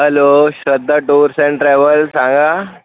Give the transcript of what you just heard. hello Shraddha tours and travels सांगा